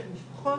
של משפחות,